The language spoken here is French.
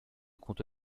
compte